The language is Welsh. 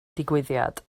digwyddiad